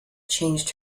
changed